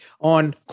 on